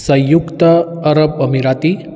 सयुक्त अरब अमिराती